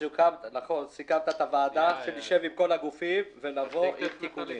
סיכמת בוועדה שנשב עם כל הגופים ונבוא עם תיקונים.